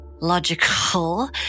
logical